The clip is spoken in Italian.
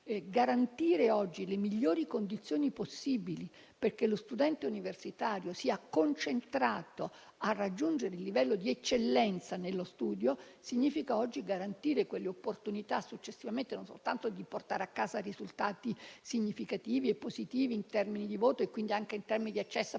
Garantire oggi le migliori condizioni possibili perché lo studente universitario sia concentrato a raggiungere il livello di eccellenza nello studio significa garantire non soltanto l'opportunità di portare a casa risultati significativi e positivi in termini di voto e quindi anche di accesso a potenziali